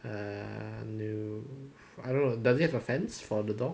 ah no I don't know do it have a fence for the dog